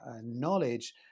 knowledge